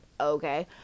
okay